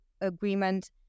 agreement